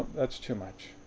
that's too much.